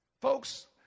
Folks